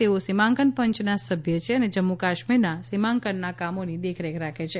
તેઓ સીમાંકન પંચના સભ્ય છે અને જમ્મુ કાશ્મીરના સીમાંકનના કામોની દેખરેખ રાખે છે